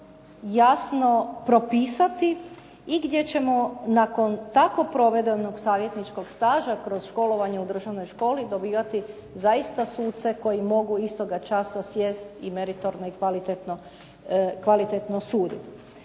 jasno propisati i gdje ćemo nakon tako provedenog savjetničkog staža kroz školovanje u državnoj školi dobivati zaista suce koji mogu istoga časa sjesti i meritorno i kvalitetno suditi.